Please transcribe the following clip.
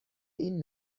این